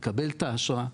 מקבל את האשרה,